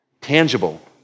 tangible